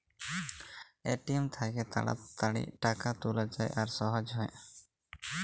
ATM থ্যাইকে তাড়াতাড়ি টাকা তুলা যায় আর সহজে হ্যয়